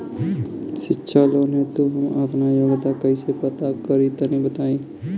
शिक्षा लोन हेतु हम आपन योग्यता कइसे पता करि तनि बताई?